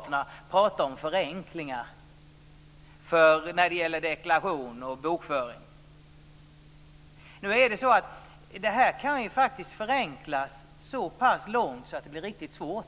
Centern pratar om förenklingar när det gäller deklaration och bokföring. Man kan ju faktiskt förenkla så pass mycket att det hela blir mycket svårt.